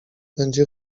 będzie